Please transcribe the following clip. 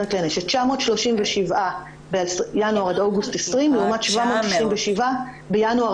937 בינואר עד אוגוסט 2020 לעומת 797 בינואר